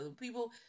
People